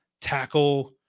tackle